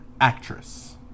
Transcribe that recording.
actress